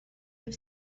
have